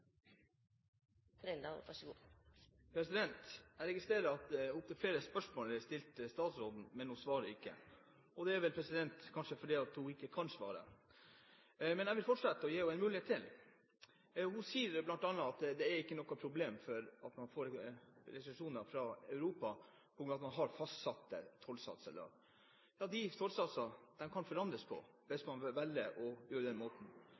til statsråden, men hun svarer ikke, og det er vel kanskje fordi hun ikke kan svare. Men jeg vil gi henne en mulighet til. Hun sier bl.a. at det ikke er noe problem hvis man får restriksjoner fra Europa der hvor man har fastsatte tollsatser i dag. Ja, de tollsatsene kan jo forandres på, hvis man velger å gjøre det på den måten.